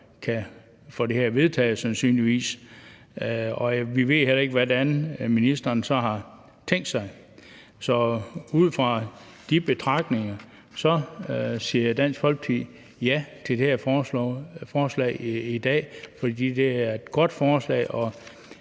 kunne få det her vedtaget. Vi ved heller ikke, hvordan ministeren så har tænkt sig at gøre det. Så ud fra de betragtninger siger Dansk Folkeparti ja til det her forslag i dag, for det er et godt forslag,